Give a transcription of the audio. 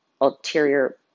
ulterior